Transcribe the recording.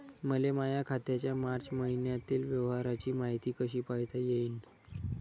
मले माया खात्याच्या मार्च मईन्यातील व्यवहाराची मायती कशी पायता येईन?